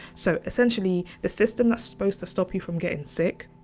so essentially, the system that's supposed to stop you from getting sick,